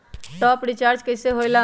Top up recharge कइसे होएला?